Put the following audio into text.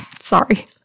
sorry